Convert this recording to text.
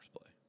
play